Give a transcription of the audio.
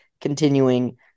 continuing